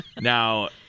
Now